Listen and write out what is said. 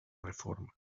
reforma